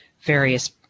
various